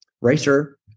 racer